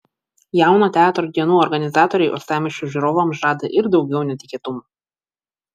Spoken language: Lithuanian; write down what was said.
jauno teatro dienų organizatoriai uostamiesčio žiūrovams žada ir daugiau netikėtumų